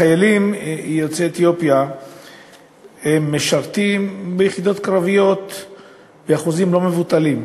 החיילים יוצאי אתיופיה משרתים ביחידות קרביות באחוזים לא מבוטלים.